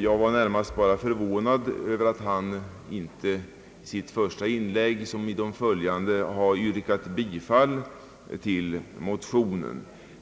Jag var bara förvånad över att han inte i sitt första inlägg yrkade bifall till motionen.